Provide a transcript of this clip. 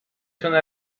sono